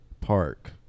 park